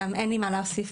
אין לי מה להוסיף,